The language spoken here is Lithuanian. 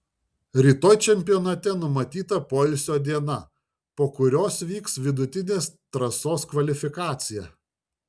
rytoj čempionate numatyta poilsio diena po kurios vyks vidutinės trasos kvalifikacija